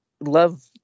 love